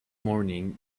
morning